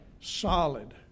Solid